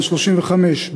בן 35,